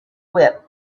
whip